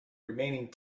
remaining